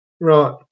Right